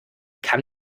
kann